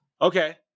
Okay